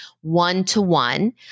one-to-one